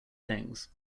things